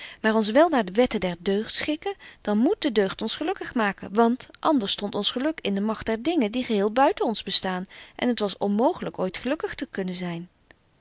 maar ons wel naar de wetten der deugd schikken dan moet de deugd ons gelukkig maken want anders stondt ons geluk in de magt der dingen die geheel buiten ons bestaan en het was onmooglyk ooit gelukkig te kunnen zyn